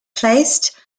placed